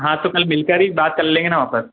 हाँ तो कल मिल कर ही बात कर लेंगे ना वहाँ पर